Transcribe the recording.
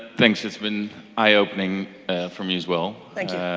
thanks, it's been eye-opening for me as well. thank you.